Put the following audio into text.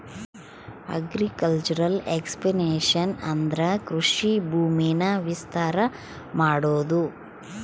agriculture expansion ಅಂದ್ರೆ ಕೃಷಿ ಭೂಮಿನ ವಿಸ್ತಾರ ಮಾಡೋದು